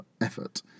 effort